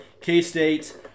K-State